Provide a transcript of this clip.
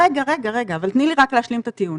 תני לי רק להשלים את הטיעון.